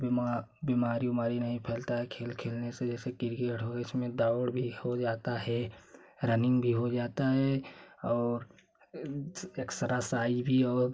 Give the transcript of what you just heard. बीमार बीमारी उमारी नहीं फैलता है खेल खेलने से जैसे किर्केट हो उसमें दौड़ भी हो जाता है रनिंग भी हो जाता है और एक्सरासाइज भी और